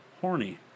Horny